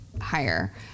Higher